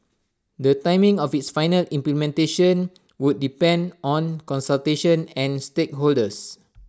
the timing of its final implementation would depend on consultation and stakeholders